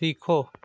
सीखो